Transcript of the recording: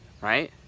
right